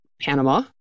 Panama